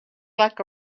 like